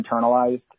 internalized